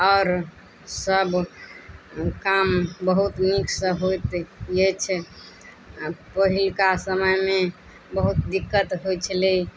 आओर सब काम बहुत नीकसँ होइत अछि पहिलुका समयमे बहुत दिक्कत होइ छलै